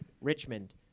Richmond